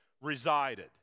resided